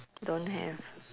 don't have